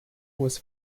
was